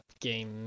game